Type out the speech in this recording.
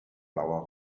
blauer